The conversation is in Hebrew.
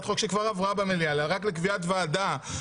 חוק שכבר עברה במליאה אלא רק לקביעת ועדה,